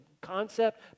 concept